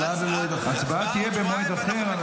הצבעה תהיה במועד אחר.